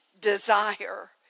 desire